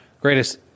greatest